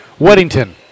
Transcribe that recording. Weddington